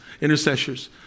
intercessors